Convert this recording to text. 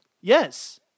Yes